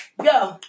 go